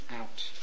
out